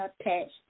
attached